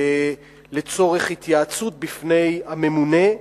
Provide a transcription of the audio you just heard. לצורך התייעצות בפני הממונה.